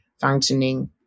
functioning